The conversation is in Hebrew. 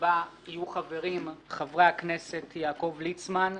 שבה יהיו חברי הכנסת יעקב ליצמן,